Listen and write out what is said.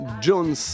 Jones